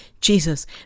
Jesus